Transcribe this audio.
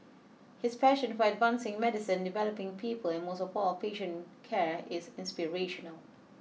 his passion for advancing medicine developing people and most of all patient care is inspirational